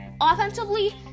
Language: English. offensively